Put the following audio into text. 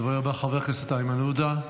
הדובר הבא, חבר הכנסת איימן עודה,